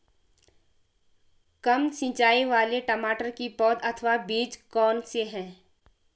कम सिंचाई वाले टमाटर की पौध अथवा बीज कौन से हैं?